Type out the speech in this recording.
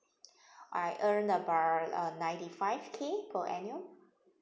I earn about uh ninety five K per annum